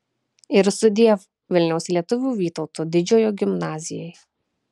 ir sudiev vilniaus lietuvių vytauto didžiojo gimnazijai